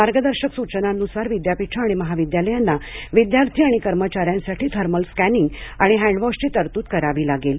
मार्गदर्शक सूचनांनुसार विद्यापीठे आणि महाविद्यालयांना विद्यार्थी आणि कर्मचार्यांसाठी थर्मल स्कॅनिंग आणि हँड वॉशची तरतूद करावी लागेल